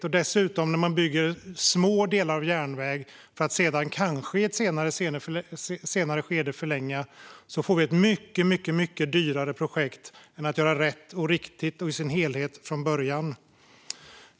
När man dessutom bygger små delar järnväg för att sedan kanske i ett senare skede förlänga dem får vi ett mycket dyrare projekt än om vi hade gjort rätt och riktigt och tagit det i sin helhet från början.